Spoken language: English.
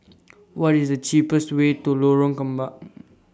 What IS The cheapest Way to Lorong Kembang